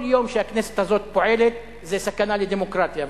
כל יום שהכנסת זאת פועלת זה סכנה לדמוקרטיה,